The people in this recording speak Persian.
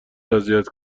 اذیت